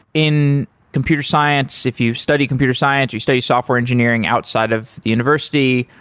in computer science, if you study computer science, you study software engineering outside of the university.